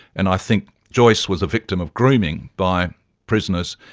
and i think joyce was a victim of grooming by prisoners,